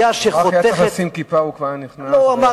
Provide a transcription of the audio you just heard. היה צריך לשים כיפה,